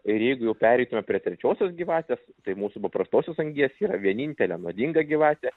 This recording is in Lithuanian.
ir jeigu jau pereitume prie trečiosios gyvatės tai mūsų paprastosios angies yra vienintelė nuodinga gyvatė